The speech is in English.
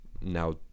now